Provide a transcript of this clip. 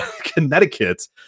Connecticut